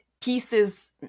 pieces